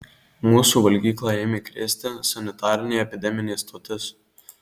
mūsų valgyklą ėmė krėsti sanitarinė epideminė stotis